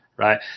Right